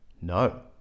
no